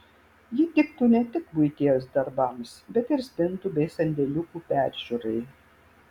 ji tiktų ne tik buities darbams bet ir spintų bei sandėliukų peržiūrai